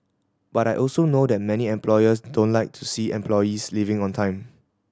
but I also know that many employers don't like to see employees leaving on time